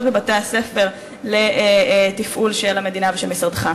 בבתי-הספר לתפעול של המדינה ושל משרדך.